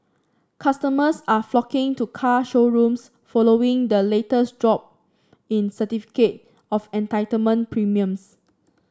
customers are flocking to car showrooms following the latest drop in certificate of entitlement premiums